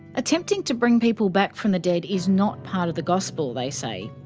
attempting to bring people back from the dead is not part of the gospel, they say,